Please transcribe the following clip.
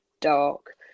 dark